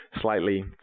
slightly